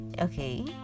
Okay